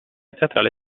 teatrale